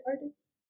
artists